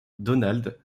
donald